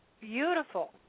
beautiful